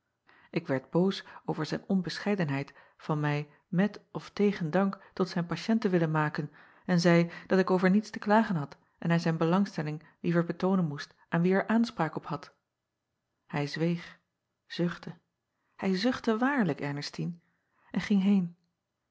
k werd boos over zijn onbescheidenheid van mij met of tegen acob van ennep laasje evenster delen dank tot zijn patiënt te willen maken en zeî dat ik over niets te klagen had en hij zijn belangstelling liever betoonen moest aan wie er aanspraak op had ij zweeg zuchtte hij zuchtte waarlijk rnestine en ging heen